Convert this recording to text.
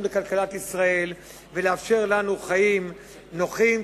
לכלכלת ישראל ולאפשר לנו חיים נוחים,